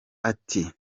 ati